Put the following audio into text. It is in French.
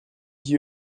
dit